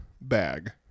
bag